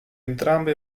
entrambe